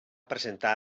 presentar